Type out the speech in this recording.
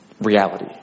reality